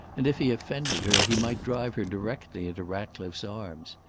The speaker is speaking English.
and if he offended her, he might drive her directly into ratcliffe's arms.